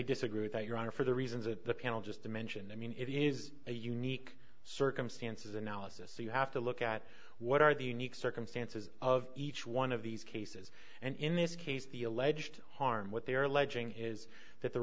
disagree with that your honor for the reasons that the panel just dimension and mean it is a unique circumstances analysis so you have to look at what are the unique circumstances of each one of these cases and in this case the alleged harm what they're alleging is that the